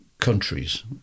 countries